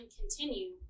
continue